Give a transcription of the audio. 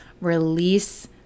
release